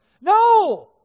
No